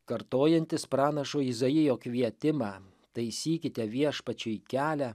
kartojantis pranašo izaijo kvietimą taisykite viešpačiui kelią